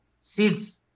seeds